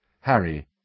Harry